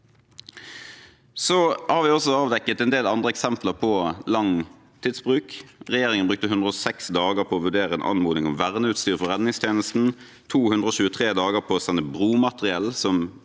Vi har også avdekket en del andre eksempler på lang tidsbruk. Regjeringen brukte 106 dager på å vurdere en anmodning om verneutstyr for redningstjenesten og 223 dager på å sende bromateriell,